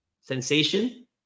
sensation